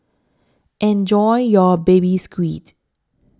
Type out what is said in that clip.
Enjoy your Baby Squid